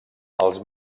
els